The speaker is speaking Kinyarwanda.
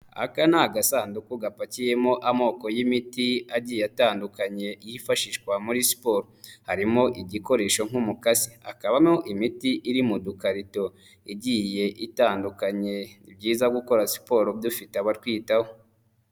Aka ni agasanduku gapakiyemo amoko y'imiti agiye atandukanye yifashishwa muri siporo. Harimo igikoresho nk'umukasi. Hakabamo imiti iri mu dukarito igiye itandukanye, ni byiza gukora siporo dufite abatwitaho.